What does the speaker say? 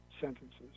sentences